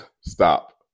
stop